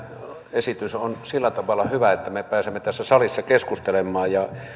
esitys on sillä tavalla hyvä että me pääsemme tässä salissa keskustelemaan